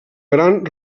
gran